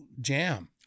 jam